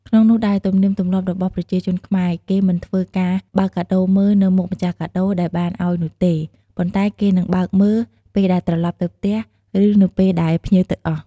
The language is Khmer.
ក្នុងនោះដែរ ទំនៀមទំលាប់របស់ប្រជាជនខ្មែរ គេមិនធ្វើការបើកកាដូមើល នៅមុខម្ចាស់កាដូដែលបានអោយនោះទេ ប៉ុន្តែគេនិងបើកមើលពេលដែលត្រឡប់ទៅផ្ទះ ឬនៅពេលដែលភ្ញៀវទៅអស់។